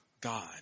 God